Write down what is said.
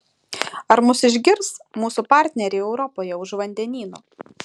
ar mus išgirs mūsų partneriai europoje už vandenyno